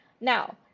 now